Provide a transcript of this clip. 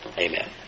Amen